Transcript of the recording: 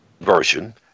Version